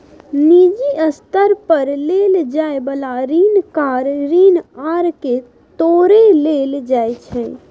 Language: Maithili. निजी स्तर पर लेल जाइ बला ऋण कार ऋण आर के तौरे लेल जाइ छै